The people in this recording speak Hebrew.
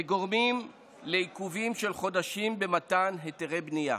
וגורמים לעיכובים של חודשים במתן היתרי בנייה.